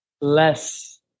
less